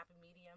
medium